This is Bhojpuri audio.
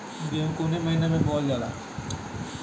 गेहूँ कवने महीना में बोवल जाला?